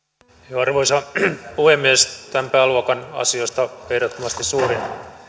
arvoisa puhemies tämän pääluokan asioista ehdottomasti suurin